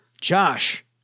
Josh